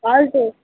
हजुर